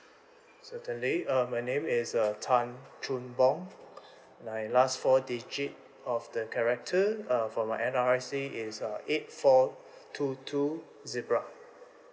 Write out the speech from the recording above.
certainly uh my name is uh tan chun bong my last four digit of the character uh for my N_R_I_C is uh eight four two two zebra